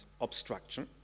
obstruction